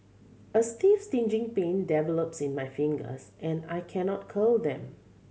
a stiff stinging pain develops in my fingers and I cannot curl them